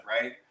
right